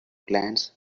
glands